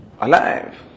alive